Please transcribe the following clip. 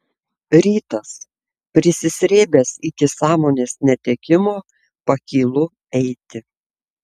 rytas prisisrėbęs iki sąmonės netekimo pakylu eiti